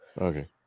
Okay